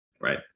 right